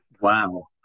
Wow